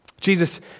Jesus